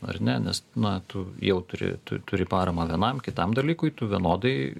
ar ne nes na tu jau turi tu turi paramą vienam kitam dalykui tu vienodai